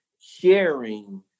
sharing